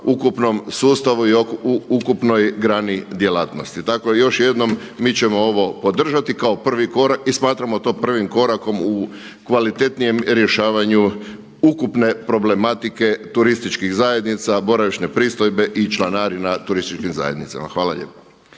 ukupnom sustavu i ukupnoj grani djelatnosti. Dakle još jednom mi ćemo ovo podržati kao prvi korak i smatramo to prvim korakom u kvalitetnijem rješavanju ukupne problematike turističkih zajednica, boravišne pristojbe i članarina turističkim zajednicama. Hvala lijepa.